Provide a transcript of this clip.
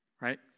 right